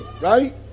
right